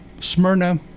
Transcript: Smyrna